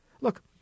Look